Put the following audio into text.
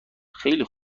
خیلی